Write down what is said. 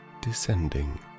descending